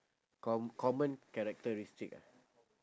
com~ common characteristic ah